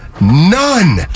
none